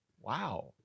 wow